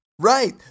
Right